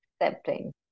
accepting